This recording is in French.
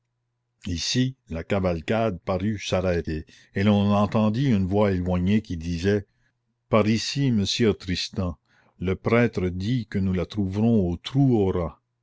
ici la cavalcade parut s'arrêter et l'on entendit une voix éloignée qui disait par ici messire tristan le prêtre dit que nous la trouverons